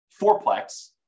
fourplex